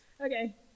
Okay